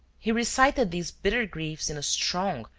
he recited these bitter griefs in a strong,